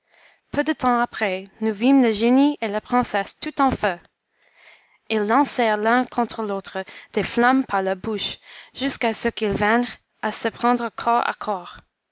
peu de temps après nous vîmes le génie et la princesse tout en feu ils lancèrent l'un contre l'autre des flammes par la bouche jusqu'à ce qu'ils vinrent à se prendre corps à corps